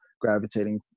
gravitating